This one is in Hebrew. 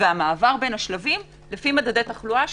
והמעבר בין השלבים לפי מדדי תחלואה,